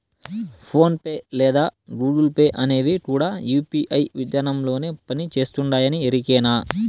phone pay లేదా Google Pay అనేవి కూడా యూ.పీ.ఐ విదానంలోనే పని చేస్తుండాయని ఎరికేనా